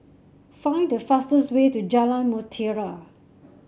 find the fastest way to Jalan Mutiara